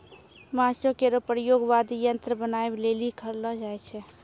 बांसो केरो प्रयोग वाद्य यंत्र बनाबए लेलि करलो जाय छै